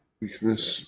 weakness